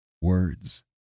Words